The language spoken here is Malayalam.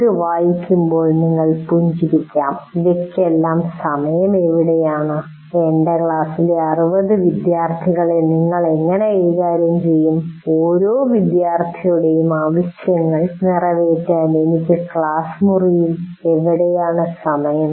ഇത് വായിക്കുമ്പോൾ നിങ്ങൾ പുഞ്ചിരിക്കാം ഇവയ്ക്കെല്ലാം സമയം എവിടെയാണ് എൻ്റെ ക്ലാസ്സിലെ 60 വിദ്യാർത്ഥികളെ നിങ്ങൾ എങ്ങനെ കൈകാര്യം ചെയ്യും ഓരോ വിദ്യാർത്ഥിയുടെയും ആവശ്യങ്ങൾ നിറവേറ്റാൻ എനിക്ക് ക്ലാസ് മുറിയിൽ എവിടെയാണ് സമയം